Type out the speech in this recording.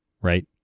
right